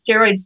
steroids